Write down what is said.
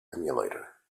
emulator